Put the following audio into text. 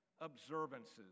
observances